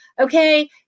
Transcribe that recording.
okay